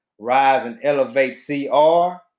Riseandelevatecr